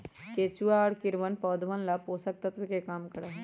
केचुआ और कीड़वन पौधवन ला पोषक तत्व के काम करा हई